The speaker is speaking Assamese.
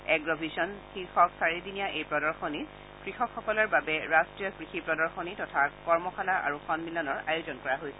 এগ্ৰ ভিছন শীৰ্ষক চাৰিদিনীয়া এই প্ৰদশনীত কৃষকসকলৰ বাবে ৰাষ্ট্ৰীয় কৃষি প্ৰদৰ্শনী তথা কৰ্মশালা আৰু সন্মিলনৰ আয়োজন কৰা হৈছে